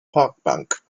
parkbank